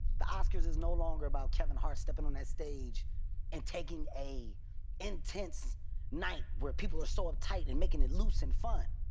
the oscars is no longer about kevin hart stepping on his stage and taking a intense night where people are so uptight and making it loose and fun.